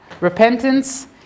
Repentance